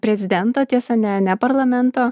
prezidento tiesa ne ne parlamento